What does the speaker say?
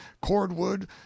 cordwood